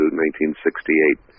1968